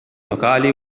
lokali